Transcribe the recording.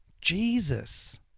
Jesus